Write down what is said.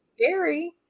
Scary